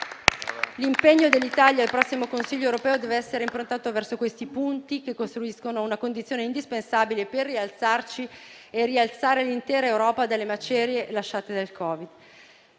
L'impegno dell'Italia al prossimo Consiglio europeo dev'essere improntato a questi punti, che costituiscono una condizione indispensabile per rialzarci e rialzare l'intera Europa dalle macerie lasciate dal Covid.